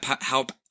help